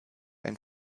ein